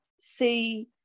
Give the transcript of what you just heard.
see